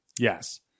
Yes